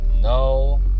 No